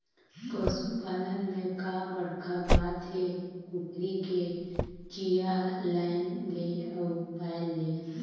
पसू पालन में का बड़खा बात हे, कुकरी के चिया लायन ले अउ पायल ले